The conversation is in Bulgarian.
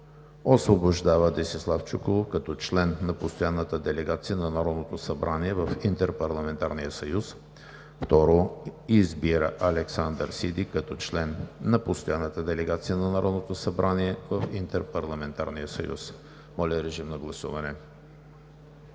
Освобождава Десислав Чуколов като член на Постоянната делегация на Народното събрание в Интерпарламентарния съюз. 2. Избира Александър Сиди като член на Постоянната делегация на Народното събрание в Интерпарламентарния съюз.“ Моля, режим на гласуване.